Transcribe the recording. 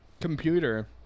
computer